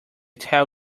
tall